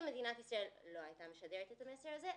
אם מדינת ישראל לא הייתה משדרת את המסר הזה,